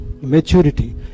maturity